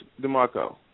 DeMarco